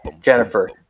Jennifer